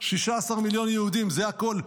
16 מיליון יהודים, זה הכול.